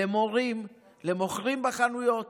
למורים, למוכרים בחנויות,